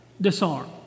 disarm